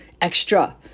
extra